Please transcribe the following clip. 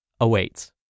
awaits